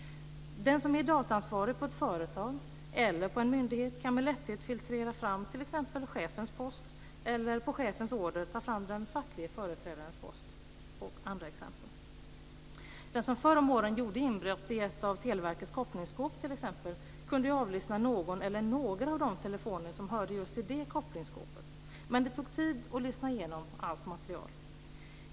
Den som är dataansvarig på ett företag eller på en myndighet kan med lätthet filtrera fram t.ex. chefens post, eller på chefens order ta fram den facklige företrädarens post och andra exempel. Den som förr om åren gjorde inbrott i ett av Televerkets kopplingsskåp kunde avlyssna någon eller några av de telefoner som hörde till just det kopplingsskåpet, men det tog tid att lyssna igenom allt material.